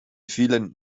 vielen